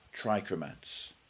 trichromats